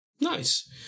Nice